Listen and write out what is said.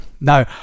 No